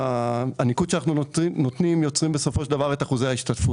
הניקוד שאנחנו נותנים יוצר בסופו של דבר את אחוזי ההשתתפות.